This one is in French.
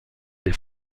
des